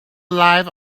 lives